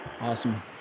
awesome